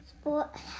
sport